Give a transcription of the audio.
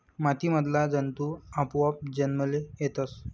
माती मधला जंतु आपोआप जन्मले येतस